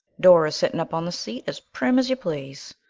dora's sitting up on the seat as prim as you please.